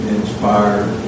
inspired